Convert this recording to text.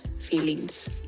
feelings